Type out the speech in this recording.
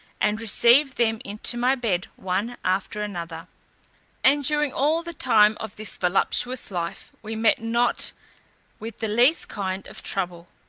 and received them into my bed one after another and during all the time of this voluptuous life, we met not with the least kind of trouble.